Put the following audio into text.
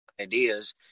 ideas